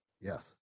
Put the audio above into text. Yes